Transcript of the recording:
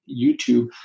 YouTube